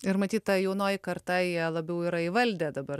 ir matyt ta jaunoji karta jie labiau yra įvaldę dabar